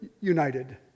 united